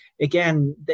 again